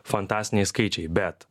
fantastiniai skaičiai bet